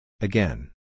Again